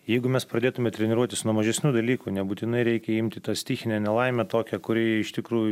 jeigu mes pradėtume treniruotis nuo mažesnių dalykų nebūtinai reikia imti tą stichinę nelaimę tokią kuri iš tikrųjų